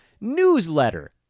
newsletter